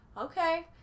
Okay